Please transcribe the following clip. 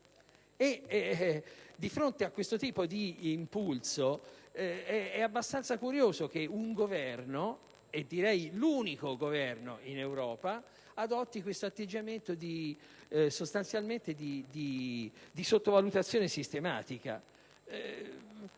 Di fronte a questo tipo di impulso è abbastanza curioso che un Governo - l'unico in Europa - adotti un atteggiamento di sottovalutazione sistematica.